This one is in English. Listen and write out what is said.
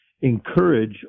encourage